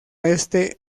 este